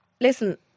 listen